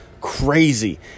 crazy